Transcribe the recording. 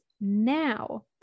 now